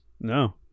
No